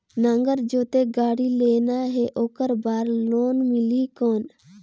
नागर जोते गाड़ी लेना हे ओकर बार लोन मिलही कौन?